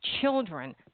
children